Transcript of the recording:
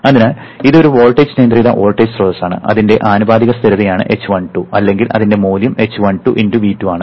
അതിനാൽ ഇത് ഒരു വോൾട്ടേജ് നിയന്ത്രിത വോൾട്ടേജ് സ്രോതസ്സാണ് അതിന്റെ ആനുപാതിക സ്ഥിരതയാണ് h12 അല്ലെങ്കിൽ അതിന്റെ മൂല്യം h12 × V2 ആണ്